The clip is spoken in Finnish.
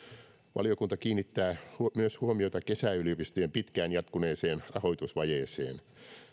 valiokunta kiinnittää huomiota myös kesäyliopistojen pitkään jatkuneeseen rahoitusvajeeseen